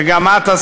וגם את,